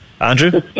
Andrew